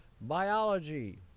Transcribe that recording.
biology